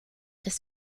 das